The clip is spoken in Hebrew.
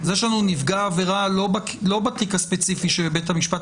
יש לנו נפגע עבירה לא בתיק הספציפי שבבית המשפט